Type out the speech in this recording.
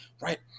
right